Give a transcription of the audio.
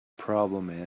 problem